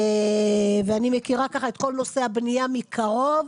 אני מכירה את כל נושא הבנייה מקרוב,